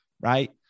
Right